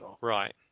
Right